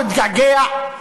הוא התגעגע,